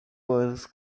was